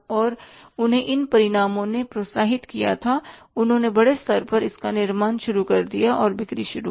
और उन्हें इन परिणामों ने प्रोत्साहित किया गया उन्होंने बड़े स्तर पर इसका निर्माण शुरू किया और बिक्री शुरू की